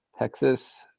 Texas